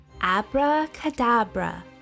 Abracadabra